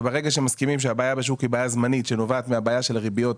וברגע שמסכימים שהבעיה בשוק היא בעיה זמנית שנובעת מהבעיה של הריביות,